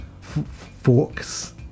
Forks